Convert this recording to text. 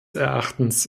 erachtens